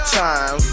time